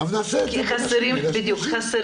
זה בנפש חפצה